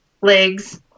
legs